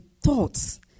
thoughts